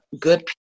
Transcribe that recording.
good